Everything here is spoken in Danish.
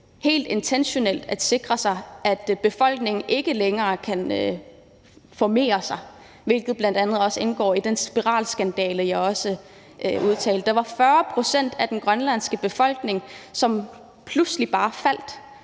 helt intentionelt at sikre sig, at befolkningen ikke længere kan formere sig, hvilket bl.a. indgår i den spiralskandale, jeg også nævnte. Der var et pludseligt fald på 40 pct. i den grønlandske befolkning, og den eneste